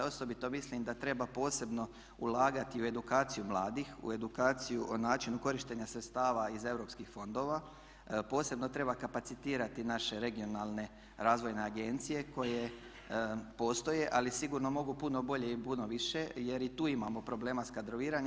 Osobito mislim da treba posebno ulagati u edukaciju mladih, u edukaciju o načinu korištenja sredstava iz europskih fondova, posebno treba kapacitirati naše regionalne razvojne agencije koje postoje, ali sigurno mogu puno bolje i puno više jer i tu imamo problema s kadroviranjem.